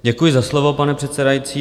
Děkuji za slovo, pane předsedající.